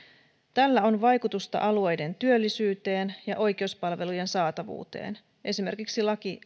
tällä on vaikutusta alueiden työllisyyteen ja oikeuspalvelujen saatavuuteen esimerkiksi laki